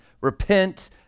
repent